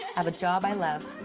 have a job i love,